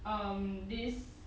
um this